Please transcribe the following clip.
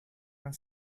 and